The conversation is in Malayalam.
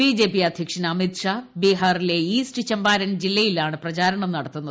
ബി ജെ പി അധ്യക്ഷൻ അമിത്ഷാ ബീഹാറിലെ ഈസ്റ്റ് ചമ്പാരൻ ജില്ലയിലാണ് പ്രചാരണം നടത്തുന്നത്